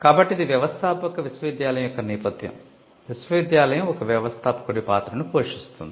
కాబట్టి ఇది వ్యవస్థాపక విశ్వవిద్యాలయం యొక్క నేపథ్యం విశ్వవిద్యాలయం ఒక వ్యవస్థాపకుడి పాత్రను పోషిస్తుంది